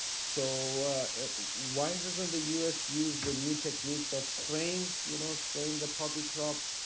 so why doesn't the u s. use the new techniques of spraying you know spraying the poppy crop,